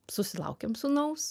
susilaukėm sūnaus